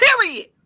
Period